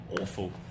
awful